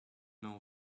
n’en